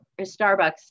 Starbucks